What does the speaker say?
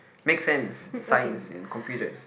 makes sense Science and computers